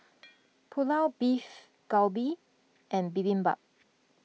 Pulao Beef Galbi and Bibimbap